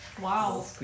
Wow